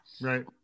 Right